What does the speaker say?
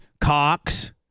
Cox